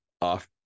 off-